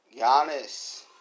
Giannis